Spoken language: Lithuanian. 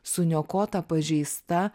suniokota pažeista